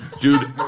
Dude